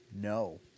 No